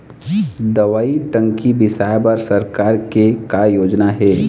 दवई टंकी बिसाए बर सरकार के का योजना हे?